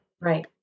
Right